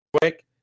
quick